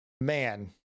man